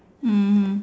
mmhmm